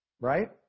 right